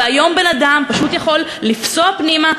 והיום בן-אדם פשוט יכול לפסוע פנימה,